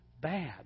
bad